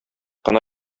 кына